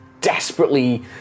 desperately